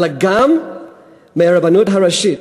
אלא גם מהרבנות הראשית,